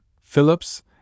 Phillips